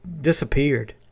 disappeared